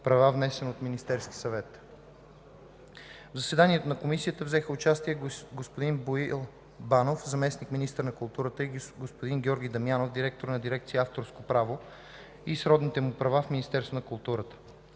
права, внесен от Министерския съвет. В заседанието на Комисията взеха участие господин Боил Банов – заместник-министър на културата, и господин Георги Дамянов – директор на Дирекция „Авторско право и сродните му права” в Министерство на културата.